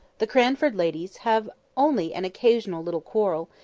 the cranford ladies have only an occasional little quarrel,